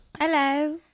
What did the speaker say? Hello